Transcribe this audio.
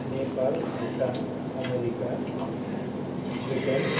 Nepal Bhutan America Brit Britain